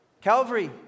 Calvary